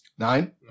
Nine